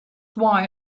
why